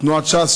תנועת ש"ס,